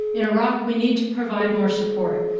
in iraq we need to provide more support,